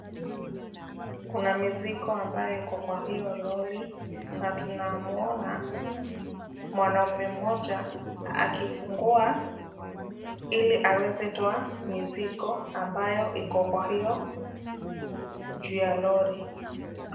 Kuna mizigo ambayo iko kwa hio lori. Tunamuona mwanaume mmoja akifunguwa ili aweze kutuoa mizigo ambayo iko juu ya lori.